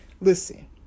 Listen